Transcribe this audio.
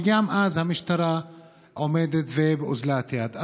וגם אז המשטרה עומדת באוזלת יד.